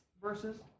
verses